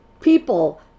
people